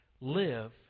Live